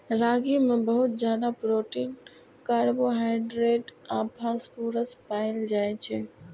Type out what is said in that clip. रागी मे बहुत ज्यादा प्रोटीन, कार्बोहाइड्रेट आ फास्फोरस पाएल जाइ छै